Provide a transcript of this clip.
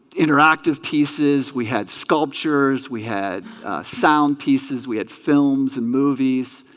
interactive pieces we had sculptures we had sound pieces we had films and movies